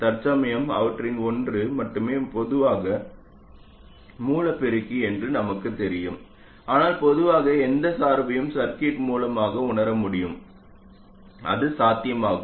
தற்சமயம் அவற்றில் ஒன்று மட்டுமே பொதுவான மூல பெருக்கி என்று நமக்கு தெரியும் ஆனால் பொதுவாக எந்த சார்பையும் சர்க்யூட் மூலமாகவும் உணர முடியும் அது சாத்தியமாகும்